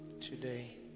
today